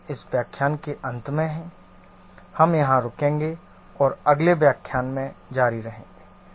हम इस व्याख्यान के अंत में हैं हम यहां रुकेंगे और अगले व्याख्यान में जारी रहेंगे